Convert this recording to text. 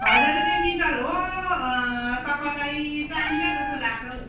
हजार रुपियाँ मिटर हो तपाईँलाई चार मिटर जस्तो लाग्छ हौ